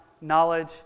knowledge